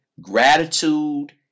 Gratitude